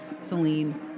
Celine